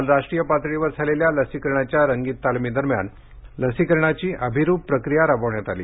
काल राष्ट्रीय पातळीवर झालेल्या लसीकरणाच्या रंगीत तालमीदरम्यान लसीकरणाची अभिरूप प्रक्रिया राबवण्यात आली